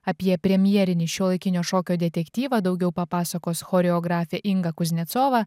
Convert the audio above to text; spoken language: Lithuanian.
apie premjerinį šiuolaikinio šokio detektyvą daugiau papasakos choreografė inga kuznecova